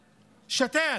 זרים, תפוצות)